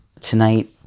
tonight